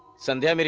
sandhya. i mean